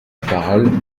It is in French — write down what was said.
parole